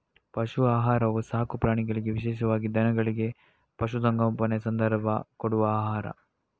ಪಶು ಆಹಾರವು ಸಾಕು ಪ್ರಾಣಿಗಳಿಗೆ ವಿಶೇಷವಾಗಿ ದನಗಳಿಗೆ, ಪಶು ಸಂಗೋಪನೆಯ ಸಂದರ್ಭ ಕೊಡುವ ಆಹಾರ